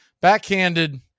backhanded